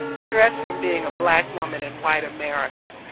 stress from being a black woman in white america.